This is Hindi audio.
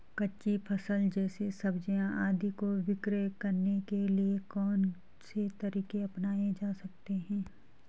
कच्ची फसल जैसे सब्जियाँ आदि को विक्रय करने के लिये कौन से तरीके अपनायें जा सकते हैं?